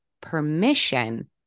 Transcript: permission